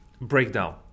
breakdown